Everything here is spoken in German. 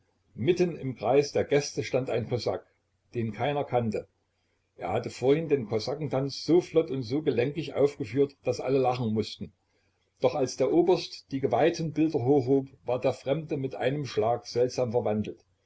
mitten im kreis der gäste stand ein kosak den keiner kannte er hatte vorhin den kosakentanz so flott und so gelenkig aufgeführt daß alle lachen mußten doch als der oberst die geweihten bilder hochhob war der fremde mit einem schlag seltsam verwandelt